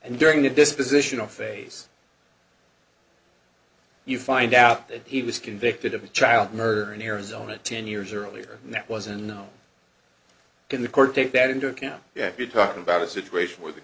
and during the disposition of phase you find out that he was convicted of a child murderer in arizona ten years earlier and that was a no can the court take that into account you're talking about a situation where the